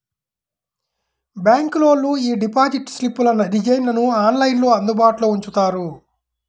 బ్యాంకులోళ్ళు యీ డిపాజిట్ స్లిప్పుల డిజైన్లను ఆన్లైన్లో అందుబాటులో ఉంచుతారు